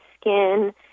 skin